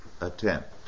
attempt